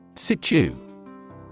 Situ